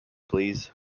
please